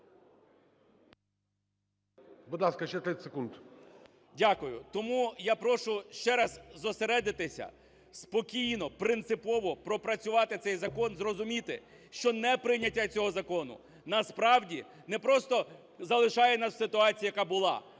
Дякую. Тому я прошу ще раз зосередитися, спокійно, принципово пропрацювати цей закон, зрозуміти, що неприйняття цього закону насправді не просто залишає нас в ситуації, яка була,